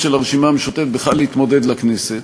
של הרשימה המשותפת בכלל להתמודד לכנסת,